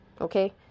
okay